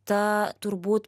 ta turbūt